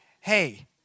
hey